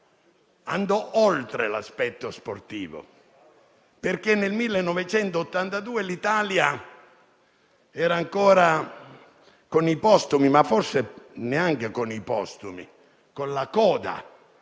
andò oltre l'aspetto sportivo. Nel 1982 l'Italia era ancora con i postumi, forse neanche con i postumi, ma con la coda